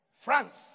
France